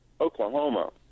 Oklahoma